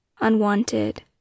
unwanted